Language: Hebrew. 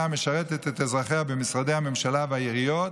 משרתת את אזרחיה במשרדי הממשלה והעיריות,